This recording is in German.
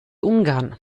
ungarn